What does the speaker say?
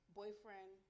boyfriend